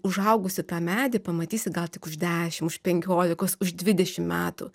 užaugusį tą medį pamatysi gal tik už dešimt už penkiolikos už dvidešimt metų